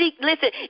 Listen